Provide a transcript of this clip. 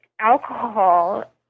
alcohol